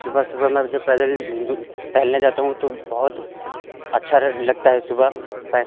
सुबह सुबह जब मैं पैदल टहलने जाता हूँ तो बहुत अच्छा लगता है सुबह